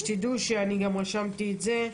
שתדעו שאני גם רשמתי את זה,